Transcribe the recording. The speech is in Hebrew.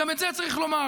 גם את זה צריך לומר.